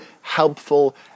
helpful